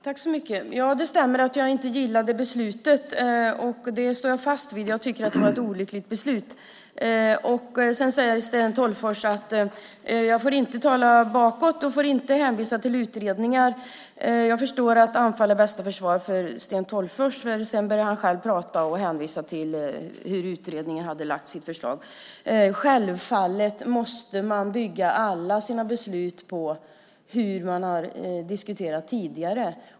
Fru talman! Det stämmer att jag inte gillade beslutet. Det står jag fast vid. Jag tycker att det var ett olyckligt beslut. Sten Tolgfors säger jag inte får titta bakåt och inte hänvisa till utredningar. Jag förstår att anfall är bästa försvar för Sten Tolgfors. Sedan börjar han själv prata om och hänvisa till hur utredningen har lagt sitt förslag. Självfallet måste man bygga alla sina beslut på hur man har diskuterat tidigare.